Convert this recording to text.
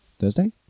Thursday